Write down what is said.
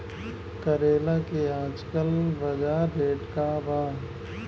करेला के आजकल बजार रेट का बा?